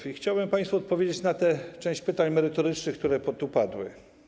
I chciałbym państwu odpowiedzieć na tę część pytań merytorycznych, które tu padły.